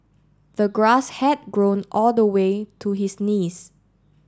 the grass had grown all the way to his knees